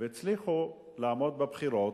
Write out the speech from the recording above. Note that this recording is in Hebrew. והצליחו לעמוד בבחירות.